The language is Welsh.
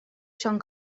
siôn